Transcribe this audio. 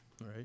right